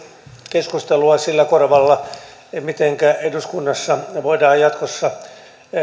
keskustelua sillä korvalla mitenkä eduskunnassa voidaan jatkossa